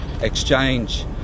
exchange